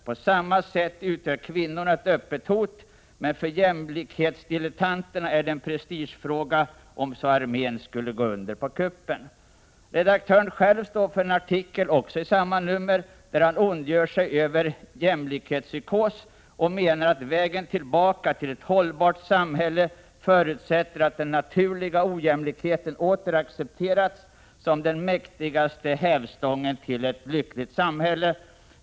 På samma sätt utgör kvinnorna ett öppet hot, men för jämlikhetsdilettanterna är det en prestigefråga — om så armén skulle gå under på kuppen.” Redaktören själv står för en artikel, också i samma nummer, där han ondgör sig över ”jämlikhetspsykos” och menar att vägen tillbaka till ett hållbart samhälle förutsätter att den naturliga ojämlikheten åter accepteras som den mäktigaste hävstången till ett lyckligt samhälle.